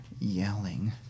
yelling